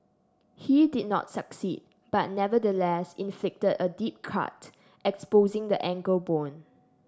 he did not succeed but nevertheless inflicted a deep cut exposing the ankle bone